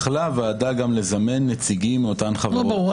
ברור.